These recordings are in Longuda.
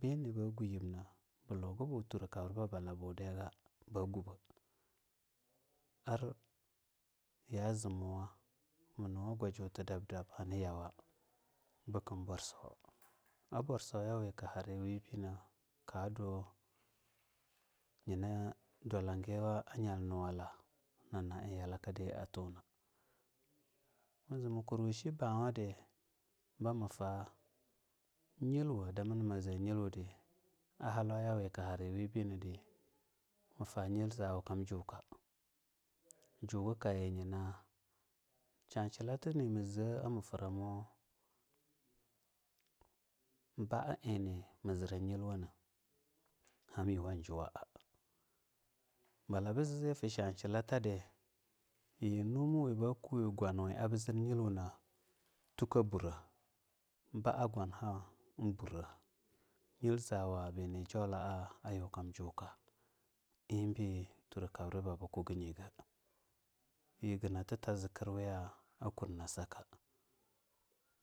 Bini go guyemna balugi turakabri baga ba gubbe, ar ya zimowa ma nuwa gwajuta dab dab hani yawa bukum borso a borso yiwi ka hari wibina ka dwa yina dwalangila nyal nuwala naiz yala kadai atuna mazi mati ma duni shi bawadi, nyel wo damanama zee yilwude a hallauwu ku hayi we binidi mufa yilzawa kam juka. Jukukayi nyina sha shilla tati ma zee ar ma fira ba nyil-iena hamyuwamu jumaa balabi zee fa sha shil a tadi yi numami ba kuwo gwanwiyana a burah, baa gwanha aburah yil zawa binaa ayu kam juka ibi tura kabriba ba kuga nyiga yirginata ta zikiya a kur na saka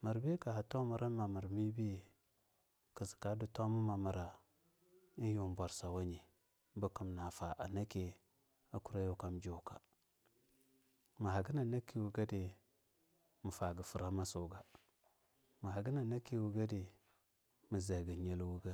mirbi kaha tomirra mamir mibi ka du tomamir ayu bor sawanye, bukum na faa nake ayuin borsa wanye mahagan nanaki wagadi mafaga framasu ga ma hagan nakiwa gadi ma zee gu nyilwuga.